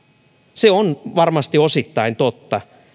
se on varmasti osittain totta